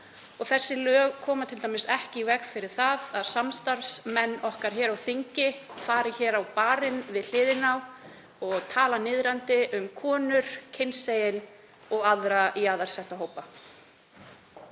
Þessi lög koma t.d. ekki í veg fyrir að samstarfsmenn okkar hér á þingi fari hér á barinn við hliðina og tali niðrandi um konur, hinsegin og aðra jaðarsettra hópa.